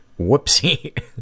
Whoopsie